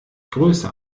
größer